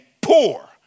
poor